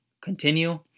continue